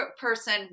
person